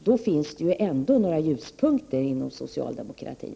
Det finns ändå några ljuspunkter inom socialdemokratin.